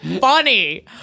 funny